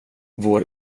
vår